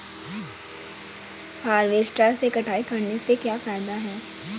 Harvester से कटाई करने से क्या फायदा है?